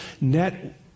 net